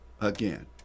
again